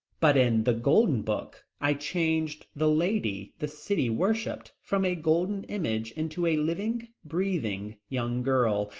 but in the golden book i changed the lady the city worshipped from a golden image into a living, breathing young girl,